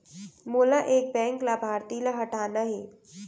मोला एक बैंक लाभार्थी ल हटाना हे?